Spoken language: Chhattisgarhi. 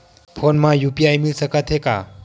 फोन मा यू.पी.आई मिल सकत हे का?